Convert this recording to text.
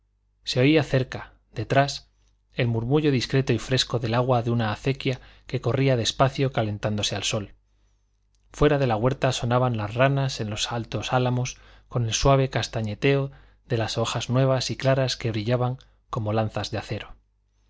se oía cerca detrás el murmullo discreto y fresco del agua de una acequia que corría despacio calentándose al sol fuera de la huerta sonaban las ramas de los altos álamos con el suave castañeteo de las hojas nuevas y claras que brillaban como lanzas de acero